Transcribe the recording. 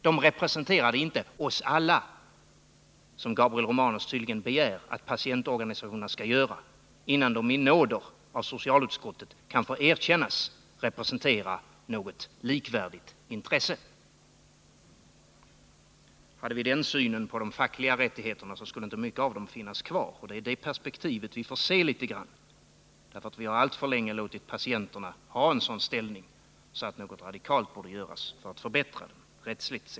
De representerar inte oss alla. Gabriel Romanus begär tydligen att patientorganisationerna skall representera ”oss alla”, innan de i nåder av socialutskottet kan få erkännas representera något likvärdigt intresse. Hade vi den synen på de fackliga rättigheterna, skulle inte mycket av dem finnas kvar. Det är i det-perspektivet vi får se frågan om patientorganisationerna. Vi har alltför länge låtit patienterna ha en sådan rättslig ställning att något radikalt måste göras för att förbättra den.